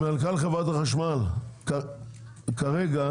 מנכ"ל חברת החשמל, כרגע